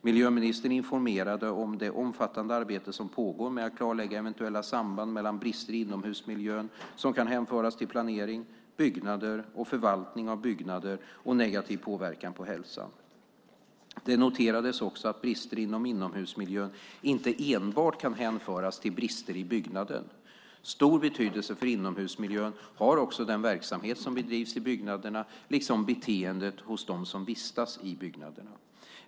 Miljöministern informerade om det omfattande arbete som pågår med att klarlägga eventuella samband mellan brister i inomhusmiljön som kan hänföras till planering, byggnader och förvaltning av byggnader och negativ påverkan på hälsan. Det noterades också att brister i inomhusmiljön inte enbart kan hänföras till brister i byggnaden. Stor betydelse för inomhusmiljön har också den verksamhet som bedrivs i byggnaderna liksom beteendet hos dem som vistas i byggnaderna.